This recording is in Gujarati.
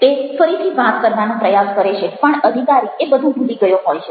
તે ફરીથી વાત કરવાનો પ્રયાસ કરે છે પણ અધિકારી એ બધું ભૂલી ગયો હોય છે